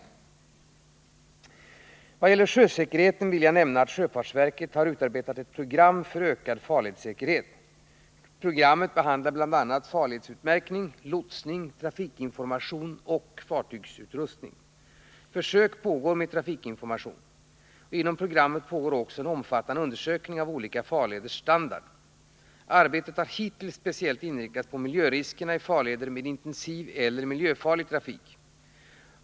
Beträffande sjösäkerheten vill jag nämna att sjöfartsverket har utarbetat ett program för ökad farledssäkerhet. Programmet behandlar bl.a. farledsutmärkning, lotsning, trafikinformation och fartygsutrustning. Försök med trafikinformation pågår. Inom programmet pågår också en omfattande undersökning av olika farleders standard. Arbetet har hittills speciellt inriktats på miljöriskerna i farleder med intensiv eller miljöfarlig trafik.